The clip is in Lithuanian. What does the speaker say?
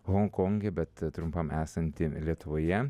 honkonge bet trumpam esanti lietuvoje